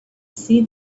see